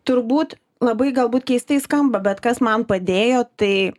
turbūt labai galbūt keistai skamba bet kas man padėjo tai